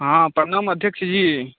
हँ प्रणाम अध्यक्ष जी